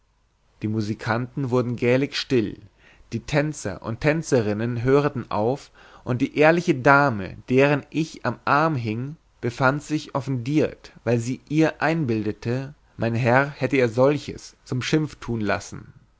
die musikanten wurden gähling still die tänzer und tänzerinnen höreten auf und die ehrliche dame deren ich am arm hieng befand sich offendiert weil sie ihr einbildete mein herr hätte ihr solches zum schimpf tun lassen